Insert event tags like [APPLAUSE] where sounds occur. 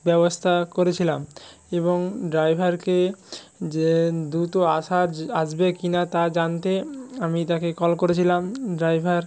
ব্যবস্থা করেছিলাম এবং ড্রাইভারকে যে দ্রুত আসার [UNINTELLIGIBLE] আসবে কি না তা জানতে আমি তাকে কল করেছিলাম ড্রাইভার